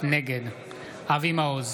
נגד אבי מעוז,